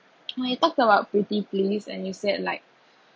when you talk about duty please and you said like